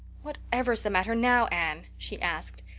whatever's the matter now, anne? she asked.